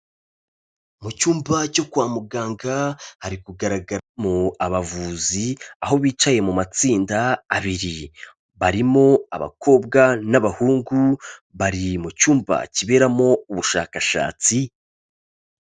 Mu cyumba cyo kwa muganga hari kugaragaramo abavuzi, aho bicaye mu matsinda abiri. Barimo abakobwa n'abahungu, bari mu cyumba kiberamo ubushakashatsi.